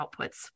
outputs